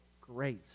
grace